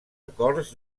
acords